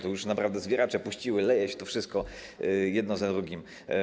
Bo już naprawdę zwieracze puściły, leje się to wszystko jedno za drugim.